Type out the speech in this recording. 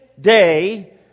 day